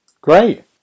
great